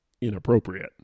inappropriate